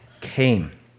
came